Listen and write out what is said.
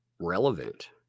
relevant